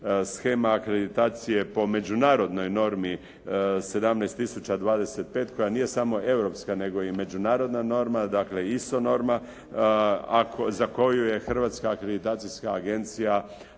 shema akreditacije po međunarodnoj normi 17.025 koja nije samo europska nego i međunarodna norma, dakle ISO norma, za koju je Hrvatska akreditacijska agencija